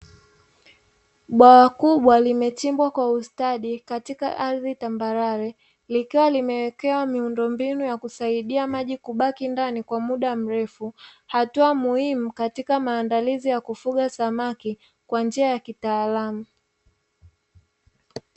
Bwawa kubwa limechimbwa kwa ustadi katika eneo la tambarare hatua maalumu ya kufuga samaki kwa njia ya kitaalamu